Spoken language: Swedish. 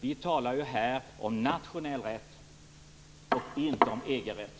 Vi talar om nationell rätt och inte EG-rätt.